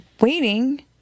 waiting